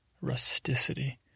Rusticity